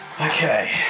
Okay